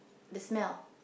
the smell